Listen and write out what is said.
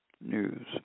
News